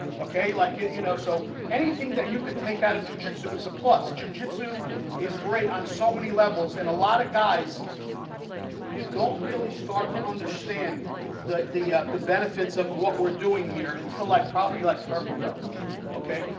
okay like it you know so anything that you can take out of jiu-jitsu is a-plus jiu-jitsu is great on so many levels and a lot of guys you don't really start to understand the the the benefits of what we're doing here until i probably like purple belt okay,